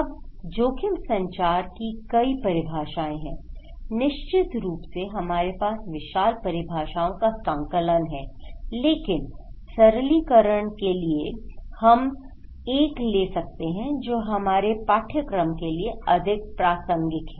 अब जोखिम संचार की कई परिभाषाएं हैं निश्चित रूप से हमारे पास विशाल परिभाषाओं का संकलन है लेकिन सरलीकरण के लिए हम एक ले सकते हैं जो हमारे पाठ्यक्रम के लिए अधिक प्रासंगिक है